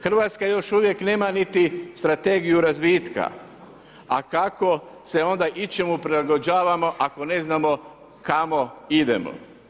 Hrvatska još uvijek nema niti Strategiju razvitka, a kako se onda ičemu prilagođavamo ako ne znamo kamo idemo.